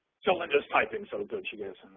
so lynda's typing, so good, she is